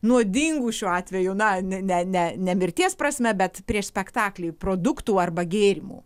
nuodingų šiuo atveju na ne ne ne ne mirties prasme bet prieš spektaklį produktų arba gėrimų